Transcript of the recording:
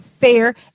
fair